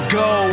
go